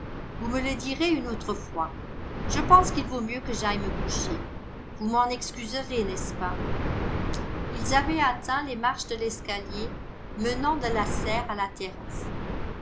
vous me le direz une autre fois je pense qu'il vaut mieux que j'aille me coucher vous m'en excuserez n'est-ce pas ils avaient atteint les marches de l'escalier menant de la serre à la terrasse